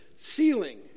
ceiling